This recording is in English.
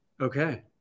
Okay